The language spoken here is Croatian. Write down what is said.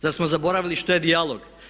Zar smo zaboravili što je dijalog?